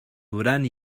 durán